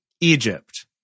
Egypt